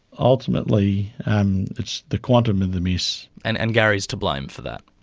ultimately um it's the quantum of the miss. and and gary is to blame for that?